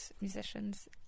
musicians